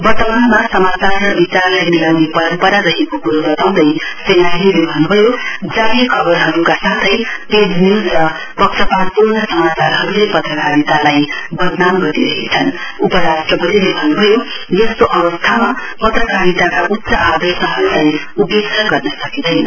वर्तमानमा समाचार र विचारलाई मिलाउने परम्परा रहेको क्रो बताउँदै श्री नाइड्ले भन्नु भयो जाली खबरहरूका साथै पेड न्यूज र पक्षपातपूर्ण समाचारहरूले पत्रकारितालाई बदनाम गरिरहेछन उपराष्ट्रपतिले भन्न् भयो यस्तो अवस्थामा पत्रकारिताका उच्च आदर्शहरूलाई उपेक्षा गर्न सकिँदैन